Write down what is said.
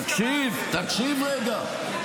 תקשיב רגע.